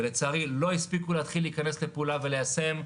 ולצערי לא הספיקו להתחיל להיכנס לפעולה וליישם.